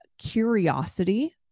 curiosity